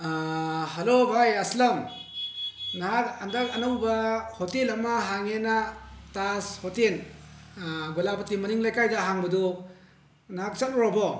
hello ꯕꯥꯏ ꯑꯁꯂꯝ ꯅꯍꯥꯛ ꯍꯟꯗꯛ ꯑꯅꯧꯕ ꯍꯣꯇꯦꯜ ꯑꯃ ꯍꯥꯡꯉꯦꯅ ꯇꯥꯖ ꯍꯣꯇꯦꯜ ꯒꯣꯂꯥꯄꯇꯤ ꯃꯅꯤꯡ ꯂꯩꯀꯥꯏꯗ ꯍꯥꯡꯕꯗꯣ ꯅꯍꯥꯛ ꯆꯠꯂꯨꯔꯕꯣ